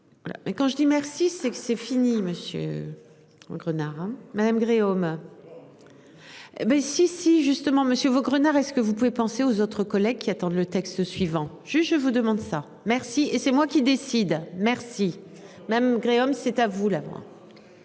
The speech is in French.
quand je dis merci, c'est que c'est fini monsieur. Franck Renard madame Gréaume. Ben si si justement Monsieur Vaugrenard, est-ce que vous pouvez penser aux autres collègues qui attendent le texte suivant, je je vous demande ça merci et c'est moi qui décide. Merci. Même Gréaume, c'est à vous l'.